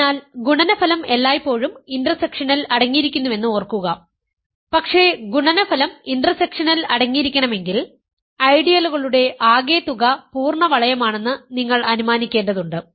അതിനാൽ ഗുണനഫലം എല്ലായ്പ്പോഴും ഇന്റർസെക്ഷനിൽ അടങ്ങിയിരിക്കുന്നുവെന്ന് ഓർക്കുക പക്ഷേ ഗുണനഫലം ഇന്റർസെക്ഷനിൽ അടങ്ങിയിരിക്കണമെങ്കിൽ ഐഡിയലുകളുടെ ആകെത്തുക പൂർണ്ണ വളയമാണെന്ന് നിങ്ങൾ അനുമാനിക്കേണ്ടതുണ്ട്